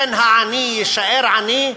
בן העני יישאר עני,